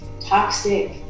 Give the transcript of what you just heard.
toxic